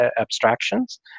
abstractions